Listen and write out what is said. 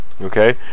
okay